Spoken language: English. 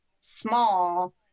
small